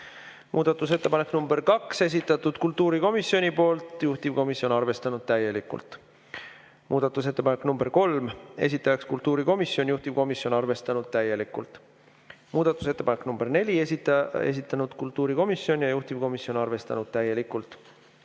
Muudatusettepanek nr 2, esitatud kultuurikomisjoni poolt, juhtivkomisjon on arvestanud täielikult. Muudatusettepanek nr 3, esitaja kultuurikomisjon, juhtivkomisjon on arvestanud täielikult. Muudatusettepanek nr 4, esitanud kultuurikomisjon, juhtivkomisjon on arvestanud täielikult.